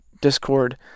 Discord